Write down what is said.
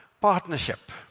partnership